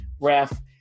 ref